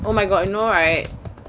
oh my god you know right